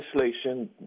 legislation